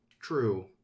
true